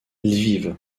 lviv